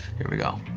here we go.